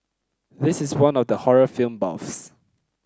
this is one for the horror film buffs